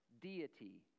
deity